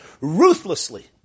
ruthlessly